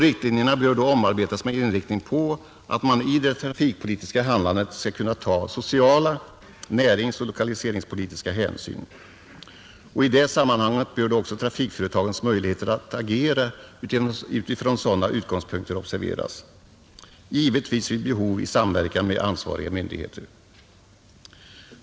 Riktlinjerna bör omarbetas med tanke på att man i det trafikpolitiska handlandet skall kunna ta sociala hänsyn samt näringsoch lokaliseringspolitiska hänsyn, I det sammanhanget bör också trafikföretagens möjligheter att agera utifrån sådana utgångspunkter observeras, givetvis vid behov i samverkan med ansvariga myndigheter.